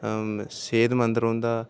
सेह्तमंद रौंह्दा